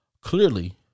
clearly